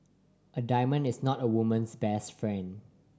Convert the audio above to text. a diamond is not a woman's best friend